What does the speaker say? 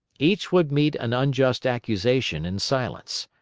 each would meet an unjust accusation in silence.